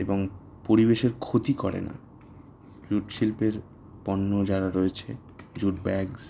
এবং পরিবেশের ক্ষতি করে না শিল্পের পণ্য যারা রয়েছে জুট ব্যাগস